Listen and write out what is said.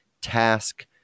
task